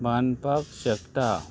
बांदपाक शकता